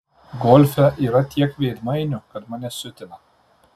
golfe yra tiek daug veidmainių kad tai mane siutina